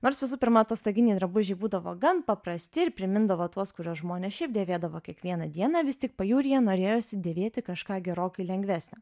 nors visų pirma atostoginiai drabužiai būdavo gan paprasti ir primindavo tuos kuriuos žmonės šiaip dėvėdavo kiekvieną dieną vis tik pajūryje norėjosi dėvėti kažką gerokai lengvesnio